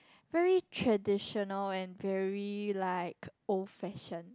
very traditional and very like old fashioned